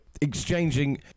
exchanging